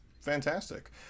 fantastic